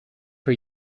per